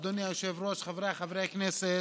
אדוני היושב-ראש, חבריי חברי הכנסת,